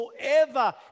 forever